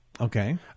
Okay